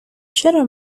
چرا